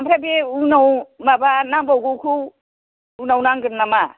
ओमफ्राय बे उनाव माबा नांबावगौखौ उनाव नांगोन नामा